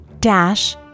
dash